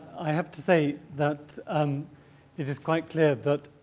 i have to say that um it is quite clear that